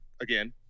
again